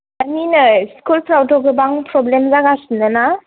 मानि नै स्कुल फ्रावथ' गोबां प्रब्लेम जागासिनो ना